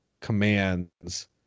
commands